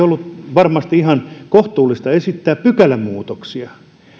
varmasti ihan kohtuullista esittää pykälämuutoksia